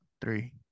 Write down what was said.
three